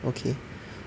okay